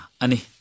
Ani